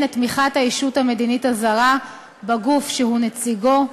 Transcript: את תמיכת הישות המדינית הזרה בגוף שהוא נציגו,